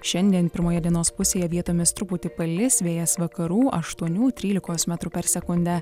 šiandien pirmoje dienos pusėje vietomis truputį palis vėjas vakarų aštuonių trylikos metrų per sekundę